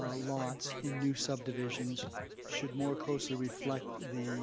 ah lots in new subdivisions should more closely reflect the